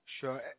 Sure